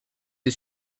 ces